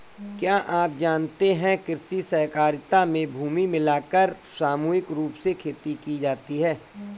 क्या आप जानते है कृषि सहकारिता में भूमि मिलाकर सामूहिक रूप से खेती की जाती है?